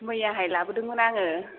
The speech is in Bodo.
मैयाहाय लाबोदोंमोन आङो